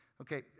Okay